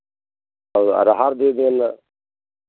और अरहर दे देना